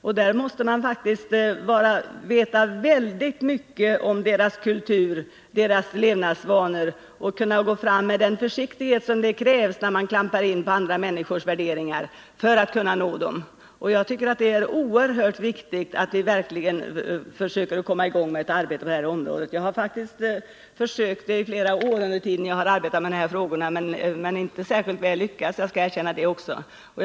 Och för att kunna nå dem måste vi veta oerhört mycket om deras kultur och levnadsvanor för att kunna gå fram med den försiktighet som krävs när man klampar in på andra människors värderingar. Det är oerhört viktigt att vi verkligen försöker komma i gång med ett arbete på detta område. Jag har faktiskt i flera år, under den tid som jag har arbetat med dessa frågor, försökt få i gång ett sådant arbete. Men jag har inte lyckats särskilt väl — det skall jag erkänna.